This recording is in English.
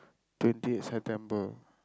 twenty eight September